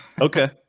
Okay